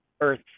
earth